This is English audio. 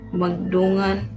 magdungan